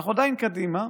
אנחנו עדיין קדימה,